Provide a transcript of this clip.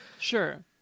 sure